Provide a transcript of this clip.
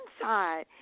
inside